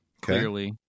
clearly